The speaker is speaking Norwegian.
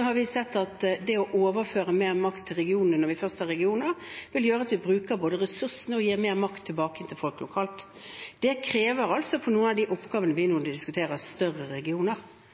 har vi sett at å overføre mer makt til regionene – når vi først har regioner – vil gjøre at vi både bruker ressursene og gir mer makt tilbake igjen til folk lokalt. Det krever altså, for noen av de oppgavene vi nå